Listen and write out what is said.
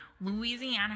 Louisiana